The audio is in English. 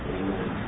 Amen